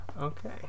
Okay